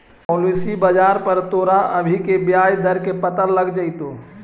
policy बाजार पर तोरा अभी के ब्याज दर के पता लग जाइतो